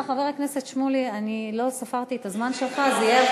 סליחה, חבר הכנסת שמולי, לא ספרתי את הזמן שלך,